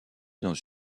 dans